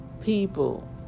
people